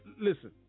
Listen